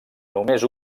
només